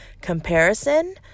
comparison